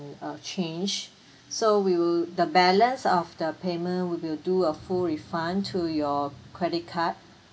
uh change so we will the balance of the payment we will do a full refund to your credit card